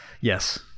yes